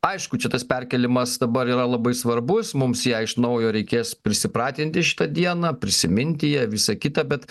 aišku čia tas perkėlimas dabar yra labai svarbus mums ją iš naujo reikės prisipratinti šitą dieną prisiminti ją visą kitą bet